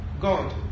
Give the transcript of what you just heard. God